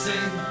Sing